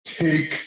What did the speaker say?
take